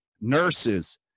nurses